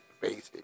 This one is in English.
basic